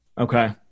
Okay